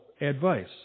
advice